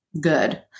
good